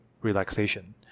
relaxation